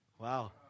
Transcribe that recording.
Wow